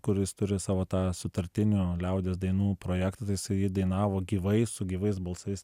kur jis turi savo tą sutartinių liaudies dainų projektą tai jisai dainavo gyvai su gyvais balsais